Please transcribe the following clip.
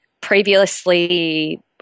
previously